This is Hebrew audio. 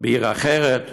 בעיר אחרת,